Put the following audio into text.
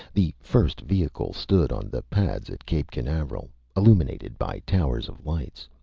the first vehicle stood on the pads at cape canaveral, illuminated by towers of lights.